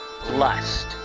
Lust